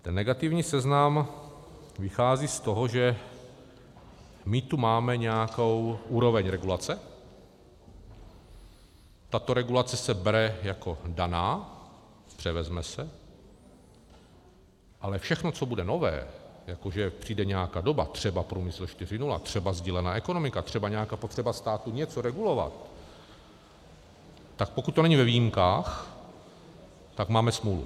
Ten negativní seznam vychází z toho, že my tu máme nějakou úroveň regulace, tato regulace se bere jako daná, převezme se, ale všechno, co bude nové, jako že přijde nějaká doba, třeba Průmysl 4.0, třeba sdílená ekonomika, třeba nějaká potřeba státu něco regulovat, tak pokud to není ve výjimkách, tak máme smůlu.